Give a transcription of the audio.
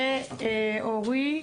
אורי,